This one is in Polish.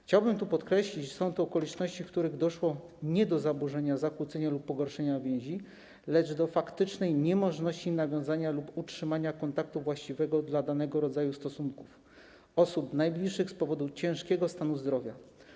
Chciałbym tu podkreślić, że są to okoliczności, w których doszło nie do zaburzenia, zakłócenia lub pogorszenia więzi, lecz do faktycznej niemożności nawiązania lub utrzymania kontaktu właściwego dla danego rodzaju stosunków osób najbliższych z powodu ciężkiego stanu zdrowia.